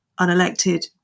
unelected